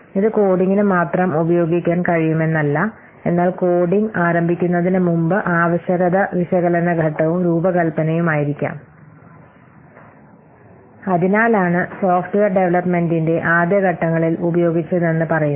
ഇത് കോഡിംഗിന് മാത്രം ഉപയോഗിക്കാൻ കഴിയുമെന്നല്ല എന്നാൽ കോഡിംഗ് ആരംഭിക്കുന്നതിന് മുമ്പ് ആവശ്യകത വിശകലന ഘട്ടവും രൂപകൽപ്പനയും ആയിരിക്കാം അതിനാലാണ് സോഫ്റ്റ്വെയർ ഡെവലപ്മെന്റിന്റെ ആദ്യഘട്ടങ്ങളിൽ ഉപയോഗിച്ചതെന്ന് പറയുന്നു